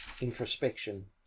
introspection